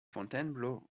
fontainebleau